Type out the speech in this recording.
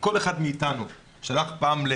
כל אחד מאיתנו שהלך פעם,